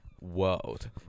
world